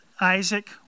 Isaac